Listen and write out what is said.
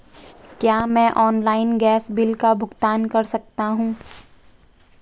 क्या मैं online gas bill का भुगतान कर सकता हूँ?